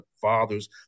fathers